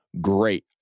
Great